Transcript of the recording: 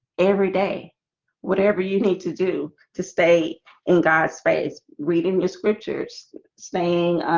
every day whatever you need to do to stay in god's face reading your scriptures staying